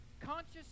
conscious